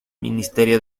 ministerio